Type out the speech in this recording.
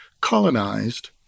colonized